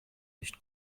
nicht